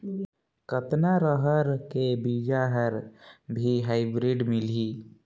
कतना रहर के बीजा हर भी हाईब्रिड मिलही?